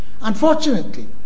Unfortunately